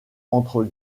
entre